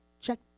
check